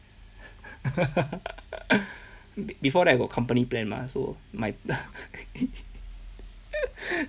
before that I got company plan mah so my